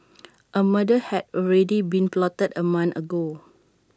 A murder had already been plotted A month ago